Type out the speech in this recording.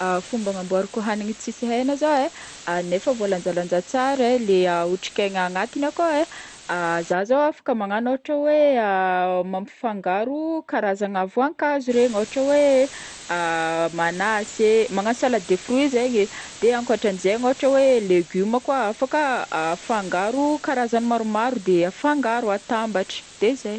Fomba hanamboarako hagniny tsisy hegna zao e, nefa voalanjalanja tsara leha otrik'aina agnatiny akao e, zaho zao afaka magnano ôhatra hoe mampifangaro karazagna voankazo regny, ôhatra hoe manasy e, magnano salade de fruit zegny e, de ankotranzegny ôhatra hoe legume koa a afaka afangaro karazagny maromaro de afangaro atambatra de zay.